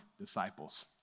disciples